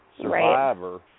survivor